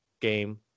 game